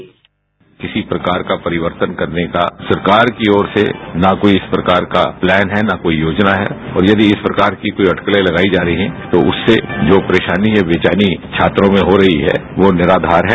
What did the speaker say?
bite किसी प्रकार का परिवर्तन करने का सरकार की ओर से न कोई इस प्रकार का प्लान है न कोई योजना है और यदि इस प्रकार की कोई अटकले लगाई जा रही हैं तो उससे जो परेशानी या बेचौनी छात्रों में हो रही है वो निराधार है